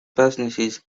businesses